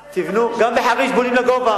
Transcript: תבנו, גם בחריש, גם בחריש בונים לגובה.